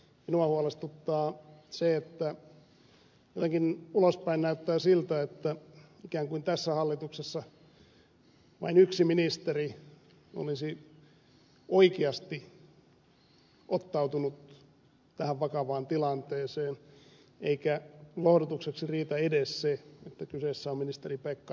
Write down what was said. minua huolestuttaa se että ainakin ulospäin näyttää siltä että ikään kuin tässä hallituksessa vain yksi ministeri olisi oikeasti ottautunut tähän vakavaan tilanteeseen eikä lohdutukseksi riitä edes se että kyseessä on ministeri pekkarinen